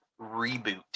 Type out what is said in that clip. reboot